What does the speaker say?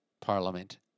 Parliament